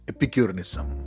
Epicureanism